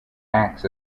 acts